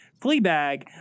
fleabag